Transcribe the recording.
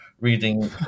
reading